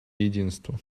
единство